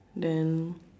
then